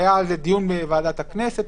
היה על כך דיון בוועדת הכנסת,